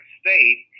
state